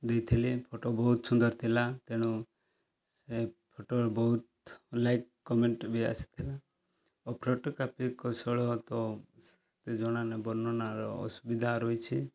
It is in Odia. ଦେଇଥିଲି ଫଟୋ ବହୁତ ସୁନ୍ଦର ଥିଲା ତେଣୁ ସେ ଫଟୋରେ ବହୁତ ଲାଇକ୍ କମେଣ୍ଟ୍ ବି ଆସିଥିଲା ଓ ଫଟୋଗ୍ରାଫି କୌଶଳ ତ ଜଣା ବର୍ଣ୍ଣନାର ଅସୁବିଧା ରହିଛି